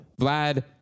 Vlad